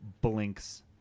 blinks